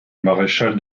maréchal